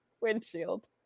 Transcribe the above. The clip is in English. windshield